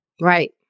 right